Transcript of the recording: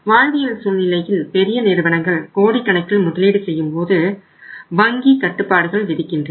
வாழ்வியல் சூழ்நிலையில் பெரிய நிறுவனங்கள் கோடிக்கணக்கில் முதலீடு செய்யும்போது வங்கி கட்டுப்பாடுகள் விதிக்கின்றது